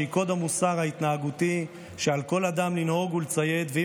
שהיא קוד המוסר ההתנהגותי שעל כל אדם לנהוג לפיו ולציית לו,